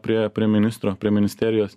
prie prie ministro prie ministerijos